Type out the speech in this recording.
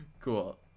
cool